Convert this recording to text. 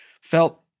felt